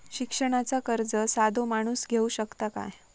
शिक्षणाचा कर्ज साधो माणूस घेऊ शकता काय?